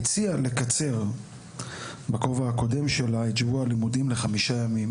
הציע לקצר - בכובע הקודם שלו - את שבוע הלימודים לחמישה ימים,